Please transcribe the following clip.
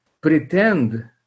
pretend